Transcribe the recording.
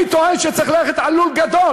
אני טוען שצריך ללכת על לול גדול.